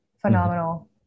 phenomenal